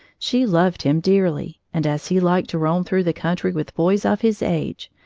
she loved him dearly, and as he liked to roam through the country with boys of his age,